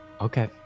Okay